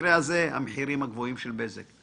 במקרה הזה, המחירים הגבוהים של בזק.